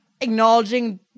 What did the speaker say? acknowledging